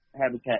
habitat